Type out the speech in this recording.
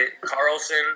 Carlson